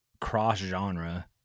cross-genre